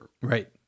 Right